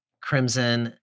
crimson